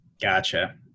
Gotcha